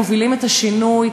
מובילים את השינוי,